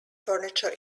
furniture